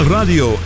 Radio